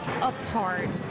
apart